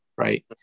right